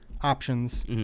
options